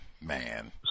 Man